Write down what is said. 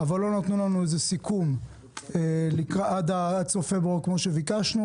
אבל לא נתנו לנו סיכום עד סוף פברואר כמו שביקשנו,